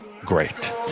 great